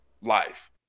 life